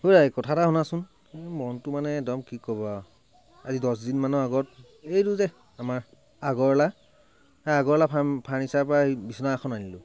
সৌৰা এ কথা এটা শুনাচোন মনটো মানে একদম কি ক'বা আজি দহদিন মানৰ আগত এইটো যে আমাৰ আগৰৱালা আগৰৱালা ফাৰ্নিচাৰৰপৰা বিচনা এখন আনিলোঁ